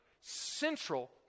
central